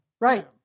Right